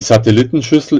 satellitenschüssel